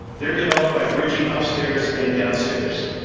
they're developed by bridging upstairs and downstairs.